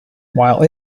while